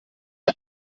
mir